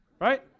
Right